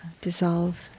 dissolve